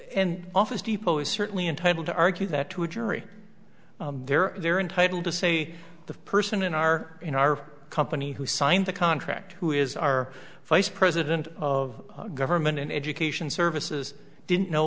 and office depot is certainly entitled to argue that to a jury there they're entitled to say the person in our in our company who signed the contract who is our face president of government and education services didn't know